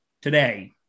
today